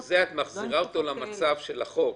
את מחזירה אותו למצב של החוק,